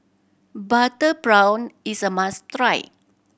butter prawn is a must try